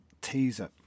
teaser